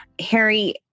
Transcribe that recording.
Harry